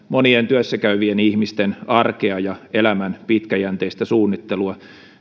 monien työssä käyvien ihmisten arkea ja elämän pitkäjänteistä suunnittelua